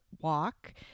walk